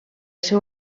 seu